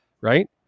Right